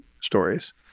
stories